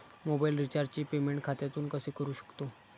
Mobile रिचार्जचे payment खात्यातून कसे करू शकतो?